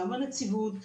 גם בנציבות,